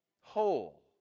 Whole